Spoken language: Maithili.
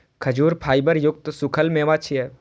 खजूर फाइबर युक्त सूखल मेवा छियै